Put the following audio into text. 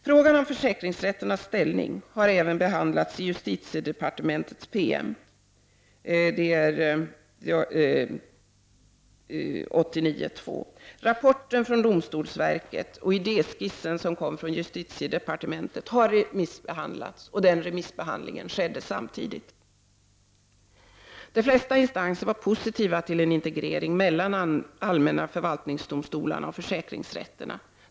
Frågan om försäkringsrätternas ställning har även behandlats i justitiedepartementets PM, Ds 89:2. Rapporten från domstolsverket och idéskissen från justitiedepartementet har remissbehandlats samtidigt. Flertalet instanser var positiva till en integrering mellan de allmänna förvaltningsdomstolarna och försäkringsrätterna.